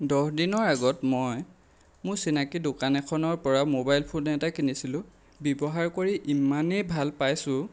দহ দিনৰ আগত মই মোৰ চিনাকী দোকান এখনৰ পৰা মোবাইল ফোন এটা কিনিছিলোঁ ব্যৱহাৰ কৰি ইমানেই ভাল পাইছোঁ